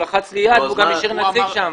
הוא לחץ לי יד והוא גם השאיר נציג שם.